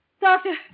Doctor